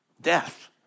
death